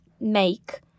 make